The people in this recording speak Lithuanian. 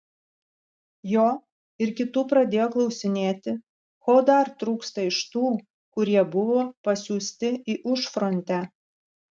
jo ir kitų pradėjo klausinėti ko dar trūksta iš tų kurie buvo pasiųsti į užfrontę